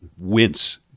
wince